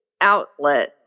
outlet